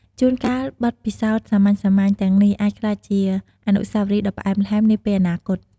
ជួនកាល បទពិសោធន៍សាមញ្ញៗទាំងនេះអាចក្លាយជាអនុស្សាវរីយ៍ដ៏ផ្អែមល្ហែមនាពេលអនាគត។